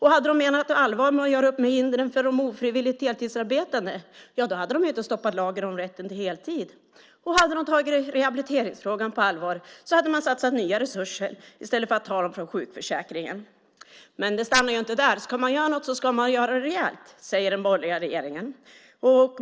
Hade de menat allvar med att göra upp med hindren för de ofrivilligt deltidsarbetande hade de inte stoppat lagen om rätten till deltid. Hade de tagit rehabiliteringsfrågan på allvar hade de satsat nya resurser i stället för att ta dem från sjukförsäkringen. Men det stannar inte där. Ska man göra det ska man göra det rejält, säger den borgerliga regeringen.